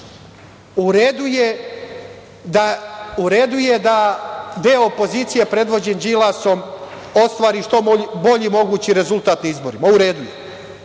redu je da deo opozicije predvođen Đilasom ostvari što bolji mogući rezultat na izborima. U redu je.